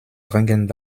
dringend